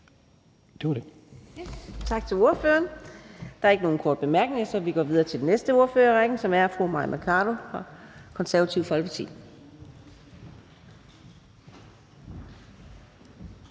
Adsbøl): Tak til ordføreren. Der er ikke nogen korte bemærkninger, så vi går videre til den næste ordfører i rækken, som er hr. Torsten Gejl fra Alternativet.